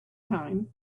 time